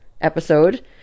episode